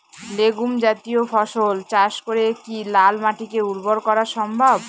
Legume জাতীয় ফসল চাষ করে কি লাল মাটিকে উর্বর করা সম্ভব?